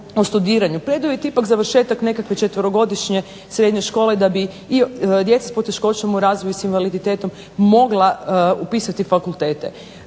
o studiranju preduvjet je ipak završetak nekakve četverogodišnje srednje škole i da bi djeca s poteškoćama u razvoju i s invaliditetom mogla upisati fakultete.